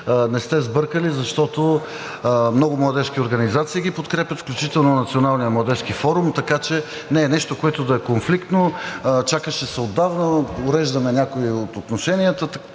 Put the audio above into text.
не сте сбъркали, защото много младежки организации ги подкрепят, включително Националният младежки форум. Така че не е нещо, което да е конфликт, но се чакаше отдавна, уреждаме някои от отношенията.